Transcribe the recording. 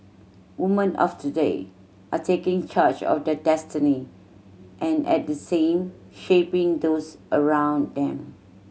woman of today are taking charge of their destiny and at the same shaping those around them